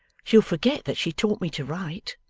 she'll forget that she taught me to write